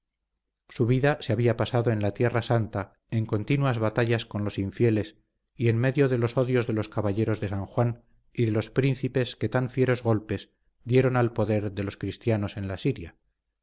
su vida se había pasado en la tierra santa en continuas batallas con los infieles y en medio de los odios de los caballeros de san juan y de los príncipes que tan fieros golpes dieron al poder de los cristianos en la siria